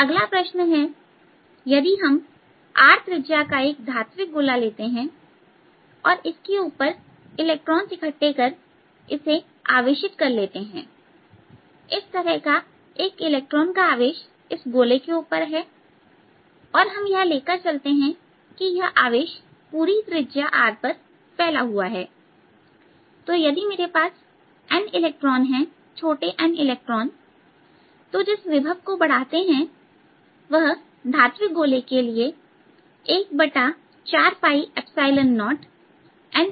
अगला प्रश्न है यदि हम R त्रिज्या का एक धात्विक गोला लेते हैं और इसके ऊपर इलेक्ट्रॉन इकट्ठे कर कर इसे आवेशित कर लेते हैं इस तरह का एक इलेक्ट्रॉन का आवेश इस गोले के ऊपर है और हम यह लेकर चलते हैं कि यह आवेश पूरी त्रिज्या R पर फैला हुआ है तो यदि मेरे पास n इलेक्ट्रॉन है छोटे n इलेक्ट्रॉन तो जिस विभव को बढ़ाते हैं वह धात्विक गोले के लिए 140neR होगी